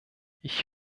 ich